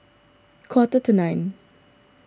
quarter to nine